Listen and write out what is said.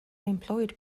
employed